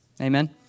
Amen